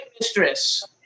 Mistress